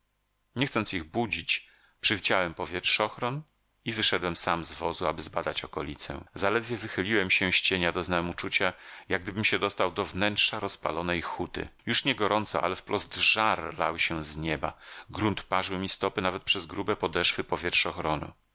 nie chcąc ich budzić przywdziałem powietrzochron i wyszedłem sam z wozu aby zbadać okolicę zaledwie wychyliłem się z cienia doznałem uczucia jak gdybym się dostał do wnętrza rozpalonej huty już nie gorąco ale wprost żar lał się z nieba grunt parzył mi stopy nawet przez grube podeszwy